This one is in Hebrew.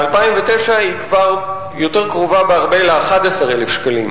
ב-2009 היא כבר יותר קרובה ל-11,000 שקלים.